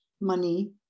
money